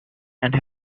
and